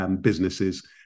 businesses